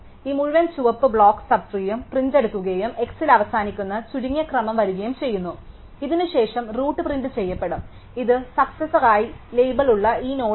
ഈ മുഴുവൻ ചുവപ്പ് ബ്ലോക്ക് സബ് ട്രീയും പ്രിന്റ് എടുക്കുകയും x ൽ അവസാനിക്കുന്ന ചുരുങ്ങിയ ക്രമം വരുകയും ചെയ്യും ഇതിന് ശേഷം റൂട്ട് പ്രിന്റ് ചെയ്യപ്പെടും ഇത് സക്സസാർ ആയി ലേബലുള്ള ഈ നോഡ് ആണ്